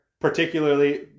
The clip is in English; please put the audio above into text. particularly